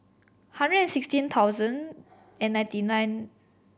hundred and sixteen thousand and ninety nine